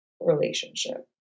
relationship